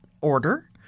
order